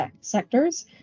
sectors